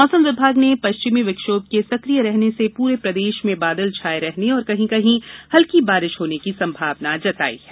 मौसम विभाग ने पश्चिमी विक्षोम के सकिय रहने से पूरे प्रदेश में बादल छाये रहने और कहीं कहीं हल्की बारिश होने की संभावना जताई है